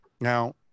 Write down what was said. Now